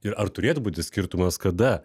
ir ar turėtų būti skirtumas kada